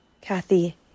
Kathy